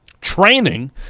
training